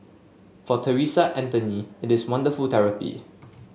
for Theresa Anthony it is wonderful therapy